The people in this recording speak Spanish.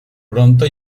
pronto